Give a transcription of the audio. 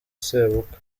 sebukwe